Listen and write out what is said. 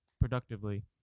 productively